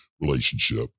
relationship